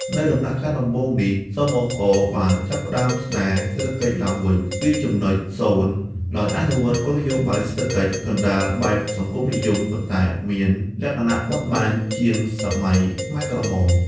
នៅដំណាក់កាលដំបូងនេះ ស.ប.ក. បានចាប់ផ្ដើមស្ដារសេដ្ឋកិច្ចឡើងវិញពីចំណុចសូន្យ ដោយអនុវត្តនូវគោលនយោបាយសេដ្ឋកិច្ចកណ្ដាលបែបសង្គមនិយម ប៉ុន្តែមានលក្ខណៈបត់បែនជាងសម័យខ្មែរក្រហម ។